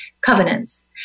covenants